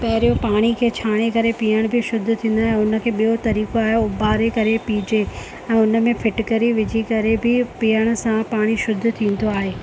पहिरें पाणी खे छाणे करे पीअण बि शुद्ध थींदो आहे ऐं उन खे ॿियों तरीक़ो आहे उबारे करे पिजे ऐं हुन में फिटकरी विझी करे बि पीअण सां पाणी शुद्ध थींदो आहे